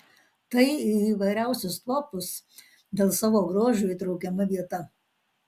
tai į įvairiausius topus dėl savo grožio įtraukiama vieta